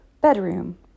bedroom